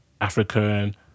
African